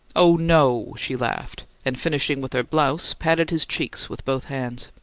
oh, no! she laughed, and, finishing with her blouse, patted his cheeks with both hands.